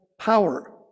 power